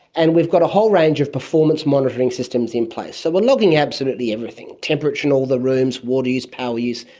and we've got a whole range of performance monitoring systems in place, so we are logging absolutely everything temperature in all the rooms, water use, power use,